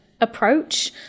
approach